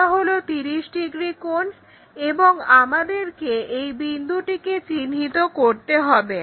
এটা হলো 30 ডিগ্রি কোণ এবং আমাদেরকে এই বিন্দুটিকে চিহ্নিত করতে হবে